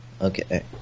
Okay